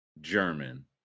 German